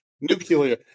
Nuclear